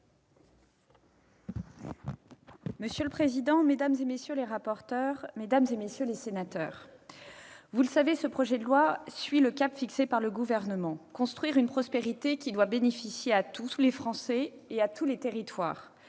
Monsieur le président, mesdames, messieurs les rapporteurs, mesdames, messieurs les sénateurs, vous le savez, ce projet de loi suit le cap fixé par le Gouvernement : construire une prospérité qui doit bénéficier à tous les Français et à tous les territoires,